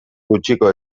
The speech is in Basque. gutxiko